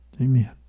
Amen